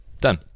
Done